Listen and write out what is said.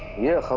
you